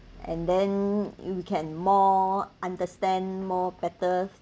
and then you can more understand more better